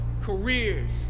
careers